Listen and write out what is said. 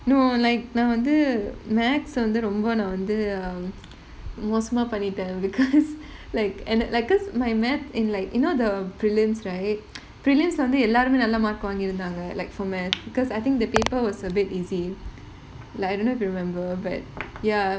no like நா வந்து:naa vanthu mathematics வந்து ரொம்ப நா வந்து மோசமா பண்ணிட்டேன்:vanthu romba naa vanthu mosamaa pannittaen because like an~ like because my mathematics in like you know the prelims right prelims leh வந்து எல்லாருமே நல்ல:vanthu ellarumae nalla mark வாங்கி இருந்தாங்க:vaangi irunthaanga like for mathematics because I think the paper was a bit easy like I don't know if you remember but ya